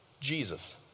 Jesus